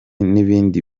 n’ibindi